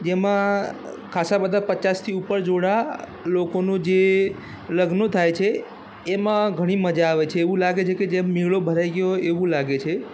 જેમાં ખાસા બધા પચાસથી ઉપર જોડા લોકોનું જે લગ્નો થાય છે એમાં ઘણી મજા આવે છે એવું લાગે છે કે જેમ મેળો ભરાઈ ગયો હોય એવું લાગે છે